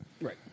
Right